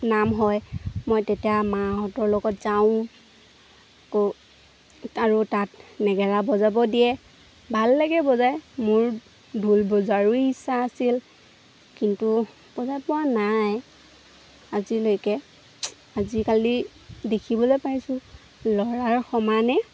নাম হয় মই তেতিয়া মাহঁতৰ লগত যাওঁ গৈ আৰু তাত নাগাৰা বজাব দিয়ে ভাল লাগে বজায় মোৰ ঢোল বজাৰো ইচ্ছা আছিল কিন্তু বজাই পোৱা নাই আজিলৈকে আজিকালি দেখিবলৈ পাইছোঁ ল'ৰাৰ সমানে